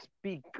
speak